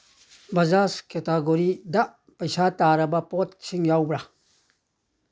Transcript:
ꯕꯖꯥꯖ ꯀꯦꯇꯥꯒꯣꯔꯤꯗ ꯄꯩꯁꯥ ꯇꯥꯔꯕ ꯄꯣꯠꯁꯤꯡ ꯌꯥꯎꯕ꯭ꯔꯥ